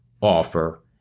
offer